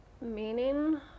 meaning